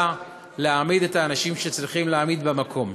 להעמיד את האנשים שצריכים להעמיד במקום.